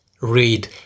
read